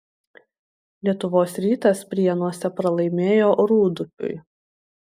lietuvos rytas prienuose pralaimėjo rūdupiui